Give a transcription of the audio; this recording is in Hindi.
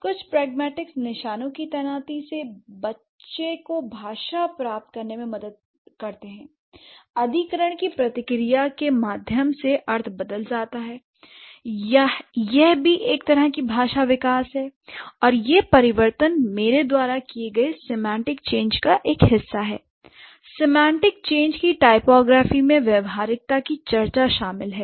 कुछ प्रगमेटिक्स निशानों की तैनाती से बच्चे को भाषा प्राप्त करने में मदद मिल सकती है l अधिग्रहण की प्रक्रिया के माध्यम से अर्थ बदल जाता है यह भी एक तरह का भाषा विकास है l और यह परिवर्तन मेरे द्वारा किए गए सीमाटिक चेंज का एक हिस्सा है सेमांटिक चेंज की टाइपोग्राफी में व्यावहारिकता की चर्चा शामिल है